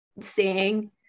seeing